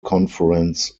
conference